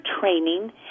training